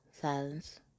Silence